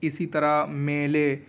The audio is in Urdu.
اسی طرح میلے